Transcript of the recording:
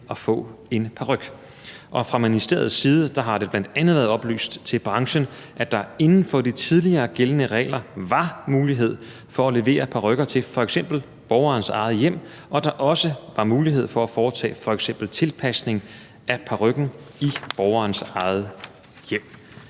at få en paryk. Fra ministeriets side har det bl.a. været oplyst til branchen, at der inden for de tidligere gældende regler var mulighed for at levere parykker til f.eks. borgerens eget hjem, og at der også var mulighed for at foretage f.eks. tilpasning af parykken i borgerens eget hjem.